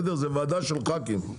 זו ועדה של ח"כים,